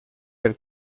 del